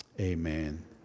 Amen